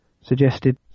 suggested